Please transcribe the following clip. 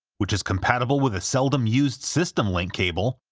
which is compatible with a seldom-used system link cable,